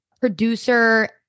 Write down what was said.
producer